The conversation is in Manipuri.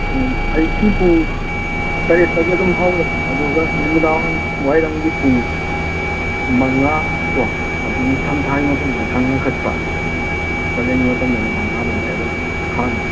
ꯎꯝ ꯑꯌꯨꯛꯀꯤ ꯄꯨꯡ ꯇꯔꯦꯠꯇꯒꯤ ꯑꯗꯨꯝ ꯍꯧꯔꯦ ꯑꯗꯨꯒ ꯅꯨꯃꯤꯗꯥꯡ ꯋꯥꯏꯔꯝꯒꯤ ꯄꯨꯡ ꯃꯉꯥ ꯀꯣ ꯑꯗꯨꯝ ꯏꯪꯊꯝꯊꯥꯒꯤ ꯃꯇꯝꯗꯅ ꯈꯔ ꯉꯟꯈꯠꯄ ꯎꯝ ꯀꯥꯂꯦꯟꯒꯤ ꯃꯇꯟꯗꯅ ꯃꯉꯥꯕꯧꯉꯩ ꯑꯗꯨꯝ ꯍꯥꯡꯉꯤ